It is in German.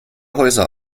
häuser